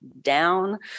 down